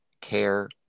care